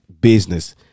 business